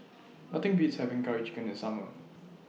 Nothing Beats having Curry Chicken in The Summer